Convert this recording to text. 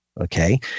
Okay